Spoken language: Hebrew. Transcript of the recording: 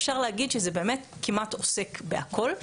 אפשר להגיד שזה באמת כמעט עוסק בכול.